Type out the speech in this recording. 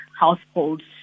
households